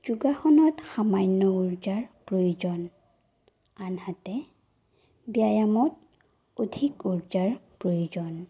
যোগাসনত সামান্য উৰ্জাৰ প্ৰয়োজন আনহাতে ব্যায়ামত অধিক উৰ্জাৰ প্ৰয়োজন